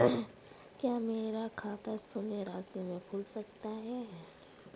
क्या मेरा खाता शून्य राशि से खुल सकता है?